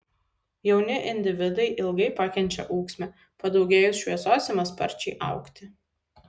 jauni individai ilgai pakenčia ūksmę padaugėjus šviesos ima sparčiai augti